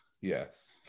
Yes